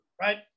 right